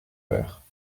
verre